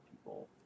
people